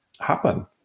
happen